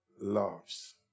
loves